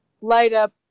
light-up